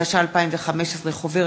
התשע"ו 2015,